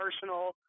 personal—